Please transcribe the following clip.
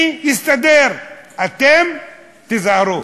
אני אסתדר, אתם, תיזהרו.